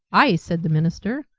aye, said the minister,